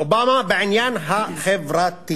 אובמה בעניין החברתי.